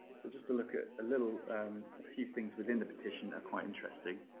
so just to look at a little a few things within the petition are quite interesting.